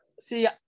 See